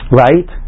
right